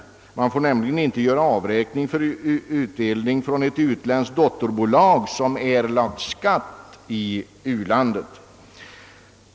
Avräkning får nämligen inte göras för utdelning från ett utländskt dotterbolag som erlagt skatt i utlandet.